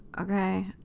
Okay